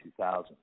2000s